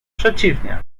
przeciwnie